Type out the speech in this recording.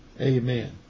Amen